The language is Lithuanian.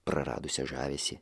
praradusią žavesį